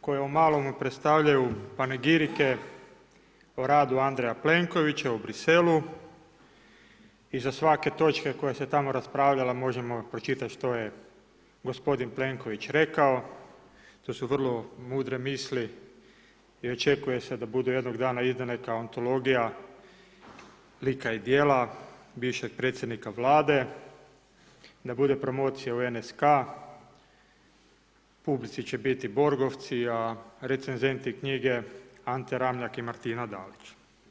koja u malome predstavljaju panegirike o radu Andreja Plenkovića u Bruxelles-u, i za svake točke koje se tamo raspravljala možemo pročitati što je gospodin Plenković rekao, to su vrlo mudre misli i očekuje se da budu jednog dana izdane kao antologija lika i djela bivšeg Predsjednika vlade, da bude promocija u NSK, u publici će biti borgovci, a recenzenti knjige Ante Ramljak i Martina Dalić.